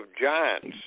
Giants